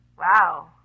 Wow